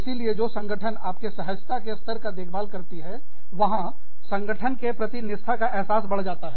इसीलिए जो संगठन आपके सहजता के स्तर का देखभाल करती है वहां संगठन के प्रतिनिष्ठा का एहसास बढ़ जाता है